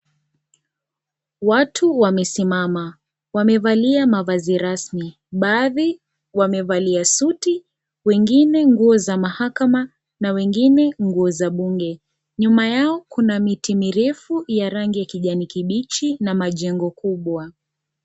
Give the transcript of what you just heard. Watu wamesimama. Wamevalia mavazi rasmi. Baadhi wamevalia suti, wengine nguo za mahakama na wengine nguo za bunge. Nyuma yao, kuna miti mirefu ya rangi ya kijani kibichi na majengo kubwa.